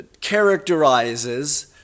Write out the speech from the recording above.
characterizes